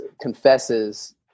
confesses